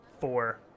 four